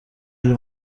iri